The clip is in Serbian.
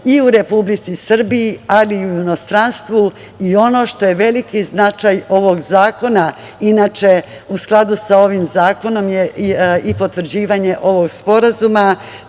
i u Republici Srbiji, ali i u inostranstvu. Ono što je veliki značaj ovog zakona, inače u skladu sa ovim zakonom je i potvrđivanje ovog sporazuma,